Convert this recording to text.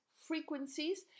frequencies